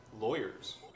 lawyers